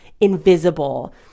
invisible